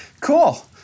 Cool